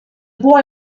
boy